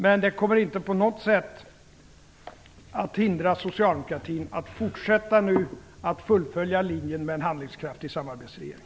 Men det kommer inte att på något sätt hindra socialdemokratin att fortsätta att fullfölja linjen med en handlingskraftig samarbetsregering.